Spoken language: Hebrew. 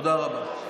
תודה רבה.